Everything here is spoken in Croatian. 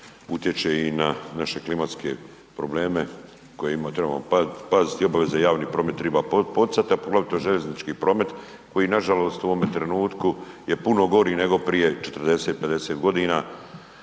utječe i na naše klimatske probleme o kojima trebamo paziti, obaveza javni promet triba poticat, a poglavito željeznički promet koji nažalost u ovome trenutku je puno gori nego prije 40, 50 godina.